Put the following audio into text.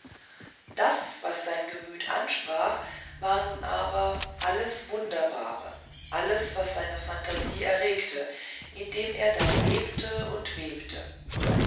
das was sein gemüt ansprach war nun aber alles wunderbare alles was seine phantasie erregte in dem er dann lebte und webte